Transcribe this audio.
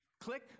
Click